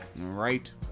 Right